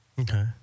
Okay